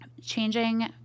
changing